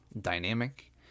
dynamic